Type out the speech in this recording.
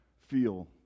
feel